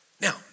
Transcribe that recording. Now